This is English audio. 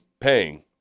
paying